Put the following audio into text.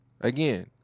Again